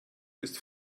ist